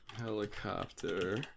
Helicopter